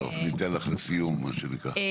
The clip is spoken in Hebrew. טוב, ניתן לך לסיום מה שנקרא.